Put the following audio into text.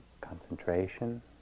Concentration